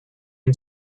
can